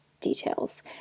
details